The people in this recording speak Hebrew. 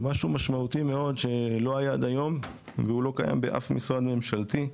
ומשהו משמעותי מאוד שלא היה עד היום והוא לא קיים באף משרד ממשלתי,